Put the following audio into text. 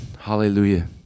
Hallelujah